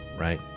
right